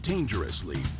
dangerously